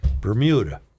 Bermuda